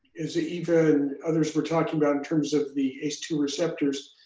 as ah eva and others were talking about in terms of the ace two receptors,